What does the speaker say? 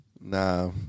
Nah